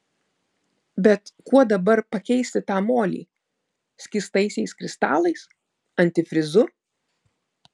bet kuo dabar pakeisi tą molį skystaisiais kristalais antifrizu